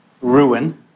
Ruin